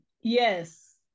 yes